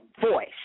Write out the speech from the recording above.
voice